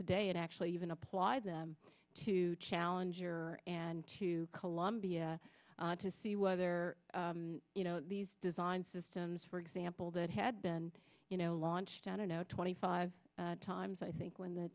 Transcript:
today and actually even apply them to challenge your and to columbia to see whether you know these design systems for example that had been you know launched i don't know twenty five times i think when the